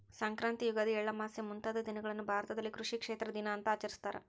ಸಂಕ್ರಾಂತಿ ಯುಗಾದಿ ಎಳ್ಳಮಾವಾಸೆ ಮುಂತಾದ ದಿನಗಳನ್ನು ಭಾರತದಲ್ಲಿ ಕೃಷಿ ಕ್ಷೇತ್ರ ದಿನ ಅಂತ ಆಚರಿಸ್ತಾರ